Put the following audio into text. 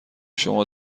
شما